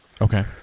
Okay